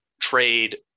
trade